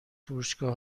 فروشگاه